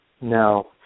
No